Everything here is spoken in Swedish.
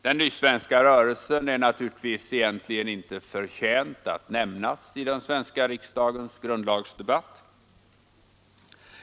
Den Nysvenska rörelsen är naturligtvis egentligen inte förtjänt att nämnas i den svenska riksdagens grundlagsdebatt.